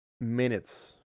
minutes